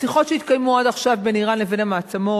בשיחות שהתקיימו עד עכשיו בין אירן לבין המעצמות,